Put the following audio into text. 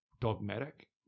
dogmatic